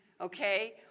okay